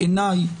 בעיניי,